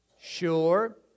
sure